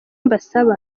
mbasaba